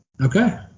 Okay